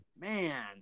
man